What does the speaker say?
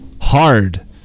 hard